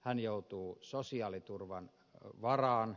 hän joutuu sosiaaliturvan varaan